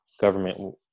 government